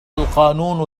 القانون